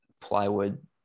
plywood